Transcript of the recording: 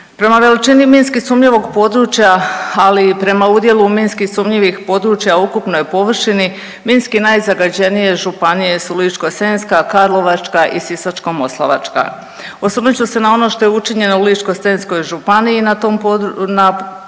Prema veličini minski sumnjivog područja, ali i prema udjelu minski sumnjivih područja u ukupnoj površini minski najzagađenije županije su Ličko senjska, Karlovačka i Sisačko-moslavačka. Osvrnut ću se na ono što je učinjeno u Ličko-senjskoj županiji na tematici